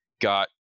got